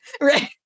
right